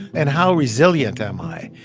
and how resilient am i?